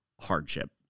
hardship